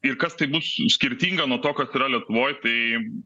ir kas tai bus skirtinga nuo to kas yra lietuvoj tai